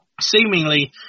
seemingly